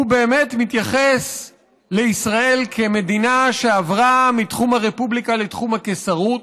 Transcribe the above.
הוא באמת מתייחס לישראל כמדינה שעברה מתחום הרפובליקה לתחום הקיסרות.